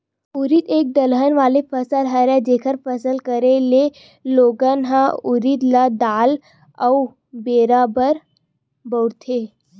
उरिद एक दलहन वाले फसल हरय, जेखर फसल करे ले लोगन ह उरिद ल दार अउ बेरा बर बउरथे